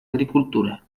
agricultura